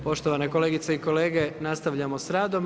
Poštovane kolegice i kolege, nastavljamo s radom.